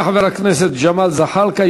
תודה לחבר הכנסת ג'מאל זחאלקה.